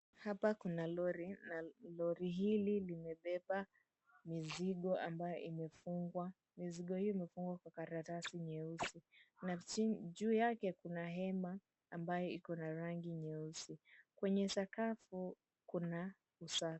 Hapa kuna lori na lori hili limebeba mizigo ambayo imefungwa kwa karatasi nyeusi na juu yake kuna hema ambayo iko na ina rangi nyeusi kwenye sakafu kuna usafi.